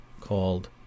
called